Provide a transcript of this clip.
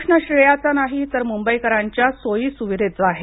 प्रश्न श्रेयाचा नाही तर मुंबईकरांच्या सोयी सुविधेचा आहे